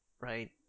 right